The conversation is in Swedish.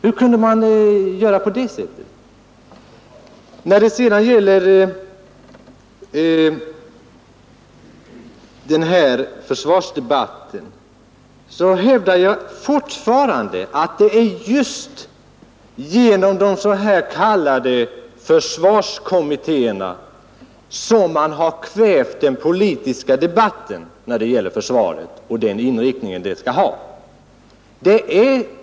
Hur kunde man göra på det sättet? Vad gäller försvarsdebatten hävdar jag fortfarande att det är just genom de s.k. försvarskommittéerna som man har kvävt den politiska debatten när det gäller försvaret och den inriktning det skall ha.